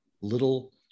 little